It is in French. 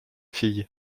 filles